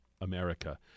America